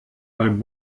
beim